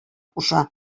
куша